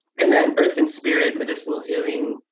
and then earth and spirit medicinal healing.